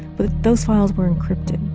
but those files were encrypted.